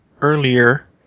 earlier